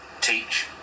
teach